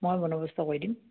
মই বন্দৱস্ত কৰি দিম